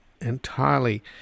entirely